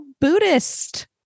Buddhist